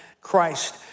Christ